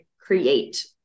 create